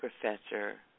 Professor